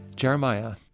Jeremiah